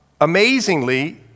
amazingly